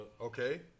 Okay